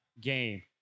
game